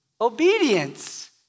obedience